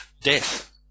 death